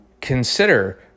consider